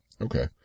Okay